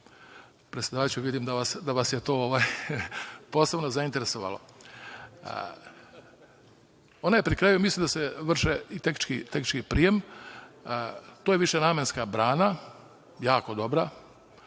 kraju. Predsedavajući, vidim da vas je to posebno zainteresovalo. Ona je pri kraju i mislim da se vrši i tehnički prijem. To je višenamenska brana, jako dobra.